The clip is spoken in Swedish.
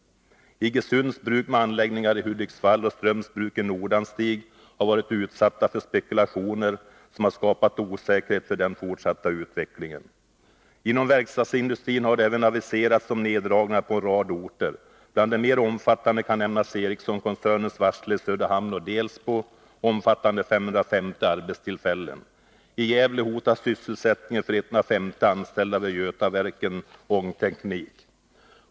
Iggesunds Bruk med anläggningar i Hudiksvall och Strömsbruk i Nordanstigs kommun har varit utsatta för spekulationer, som har skapat osäkerhet för den fortsatta utvecklingen. Även inom verkstadsindustrin har det aviserats om neddragningar på en rad orter. Bland de mer omfattande kan nämnas L M Ericsson-koncernens varsel i Söderhamn och Delsbo, omfattande 550 arbetstillfällen. I Gävle hotas sysselsättningen för 150 ansätllda vid Götaverken-Ångteknik.